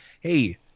hey